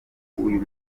uyu